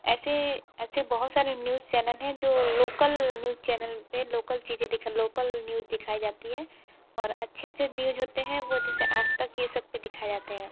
ऐसे ऐसे बहुत सारे न्यूज़ चैनल है जो लोकल न्यूज़ चैनल पर लोकल चीज़े दिखा लोकल न्यूज़ दिखाई जाती है और अच्छे जो न्यूज़ होते हैं वो जैसे आज तक यह सब पर दिखाए जाते हैं